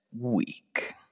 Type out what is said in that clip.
week